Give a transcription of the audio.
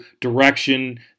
direction